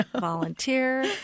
Volunteer